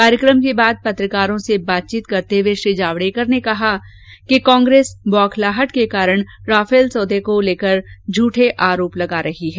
कार्यक्रम के बाद पत्रकारों से बातचीत करते हुए श्री जावडेकर ने कहा कि कोंग्रेस बौखलाहट के कारण राफेल सौदे को लेकर झठे आरोप लगा रही है